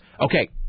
Okay